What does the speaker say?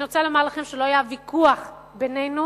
אני רוצה לומר לכם שלא היה ויכוח בינינו